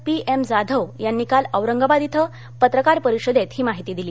P M Jadhav यांनी काल औरंगाबाद इथं पत्रकार परिषदेत ही माहिती दिली